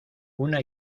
una